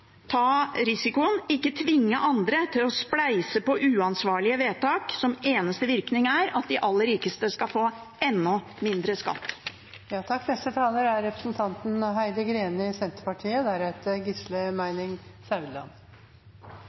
ta risikoen, ikke tvinge andre til å spleise på uansvarlige vedtak som har som eneste virkning at de aller rikeste skal få enda mindre skatt. Først til statsråd Hofstad Helleland, som mener at Greni